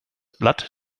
blatt